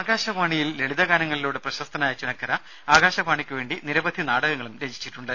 ആകാശവാണിയിൽ ലളിത ഗാനങ്ങളിലൂടെ പ്രശസ്തനായ ചുനക്കര ആകാശവാണിക്ക് വേണ്ടി നിരവധി നാടകങ്ങളും രചിച്ചിട്ടുണ്ട്